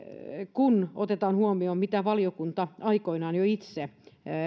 kun otetaan huomioon mitä valiokunta itse jo aikoinaan